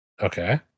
Okay